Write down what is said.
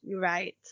right